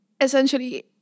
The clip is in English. essentially